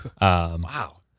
Wow